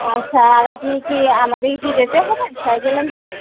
আচ্ছা আর আপনি কি আমাদের কি যেতে হবে সাইকেল আনতে